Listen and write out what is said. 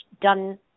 done